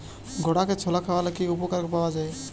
ঘোড়াকে ছোলা খাওয়ালে কি উপকার পাওয়া যায়?